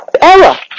error